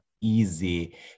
easy